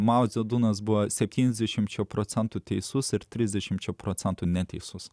mao dze dunas buvo septyniasdešimčia procentų teisus ir trisdešimčia procentų neteisus